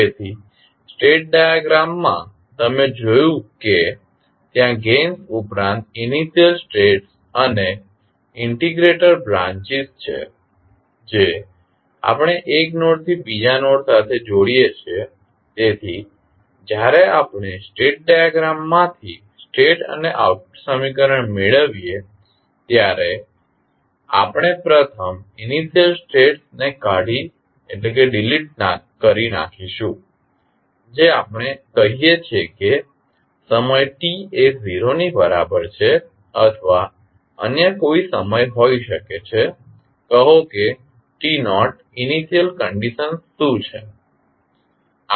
તેથી સ્ટેટ ડાયાગ્રામમાં તમે જોયું કે ત્યાં ગેઇનસ ઉપરાંત ઇનિશિયલ સ્ટેટ અને ઇન્ટિગ્રેટર બ્રાંચીસ છે જે આપણે એક નોડથી બીજા નોડ સાથે જોડીએ છીએ તેથી જ્યારે આપણે સ્ટેટ ડાયાગ્રામ માંથી સ્ટેટ અને આઉટપુટ સમીકરણ મેળવીએ ત્યારે આપણે પ્રથમ ઇનિશિયલ સ્ટેટ્સ ને કાઢી નાખીશું જે આપણે કહીએ છીએ કે સમય t એ 0 ની બરાબર છે અથવા અન્ય કોઈ સમય હોઈ શકે છે કહો કે t0 ઇનિશિયલ સ્ટેટ્સ શું છે